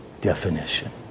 definition